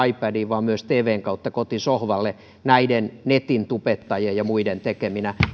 ipadiin vaan myös tvn kautta kotisohvalle netin tubettajien ja muiden tekemänä